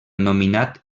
nominat